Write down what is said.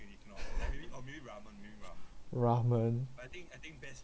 ramen